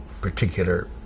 particular